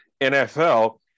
NFL –